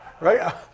Right